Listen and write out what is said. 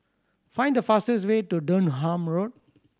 find the fastest way to Durham Road